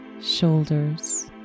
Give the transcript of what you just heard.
shoulders